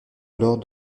alors